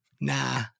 nah